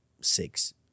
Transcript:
six